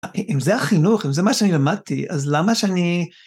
אם זה החינוך, אם זה מה שאני למדתי, אז למה שאני...